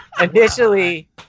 initially